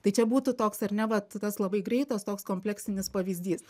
tai čia būtų toks ar ne vat tas labai greitas toks kompleksinis pavyzdys